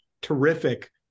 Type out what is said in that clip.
terrific